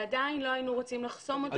עדיין לא היינו רוצים לחסום אותם מלהשתתף בישיבה.